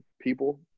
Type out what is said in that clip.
people